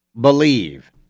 believe